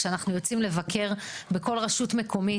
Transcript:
כשאנחנו יוצאים לבקר בכל רשות מקומית.